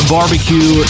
Barbecue